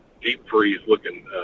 deep-freeze-looking